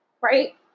Right